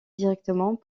directement